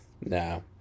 No